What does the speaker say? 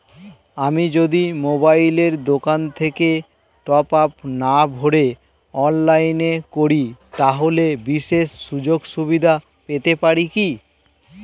আমি যদি মোবাইলের দোকান থেকে টপআপ না ভরে অনলাইনে করি তাহলে বিশেষ সুযোগসুবিধা পেতে পারি কি?